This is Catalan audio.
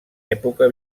època